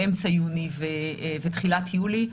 באמצע יוני ותחילת יולי,